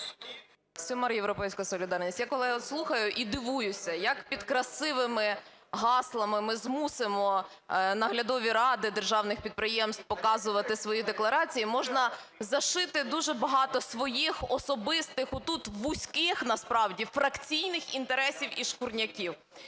Сюмар, "Європейська солідарність". Я, колеги, от слухаю і дивуюся, як під красивими гаслами "ми змусимо наглядові ради державних підприємств показувати свої декларації" можна зашити багато своїх особистих отут, вузьких насправді, фракційних інтересів і шкурняків.